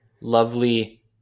lovely